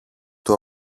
του